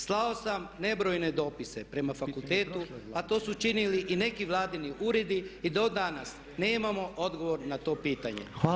Slao sam nebrojene dopise prema fakultetu, a to su činili i neki Vladini uredi i do danas nemamo odgovor na to pitanje.